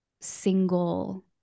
single